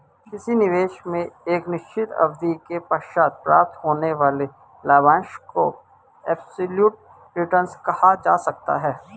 किसी निवेश में एक निश्चित अवधि के पश्चात प्राप्त होने वाले लाभांश को एब्सलूट रिटर्न कहा जा सकता है